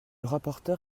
rapporteur